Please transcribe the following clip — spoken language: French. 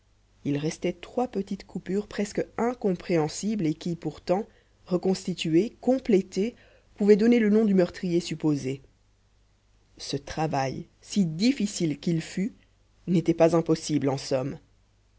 il restait trois petites coupures presque incompréhensibles et qui pourtant reconstituées complétées pouvaient donner le nom du meurtrier supposé ce travail si difficile qu'il fût n'était pas impossible en somme